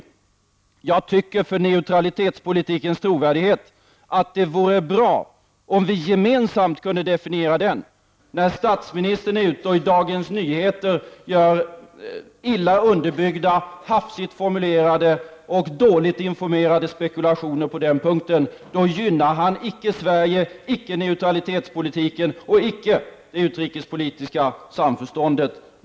Jag tycker att det vore bra för neutralitetspolitikens trovärdighet, om vi gemensamt kunde definiera den. När statsministern i Dagens Nyheter framför illa underbyggda och hafsigt formulerade spekulationer på den punkten gynnar han icke Sverige, neutralitetspolitiken och det utrikespolitiska samförståndet.